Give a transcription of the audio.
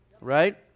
right